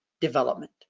development